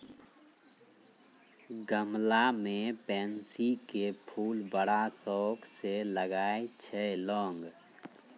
गमला मॅ पैन्सी के फूल बड़ा शौक स लगाय छै लोगॅ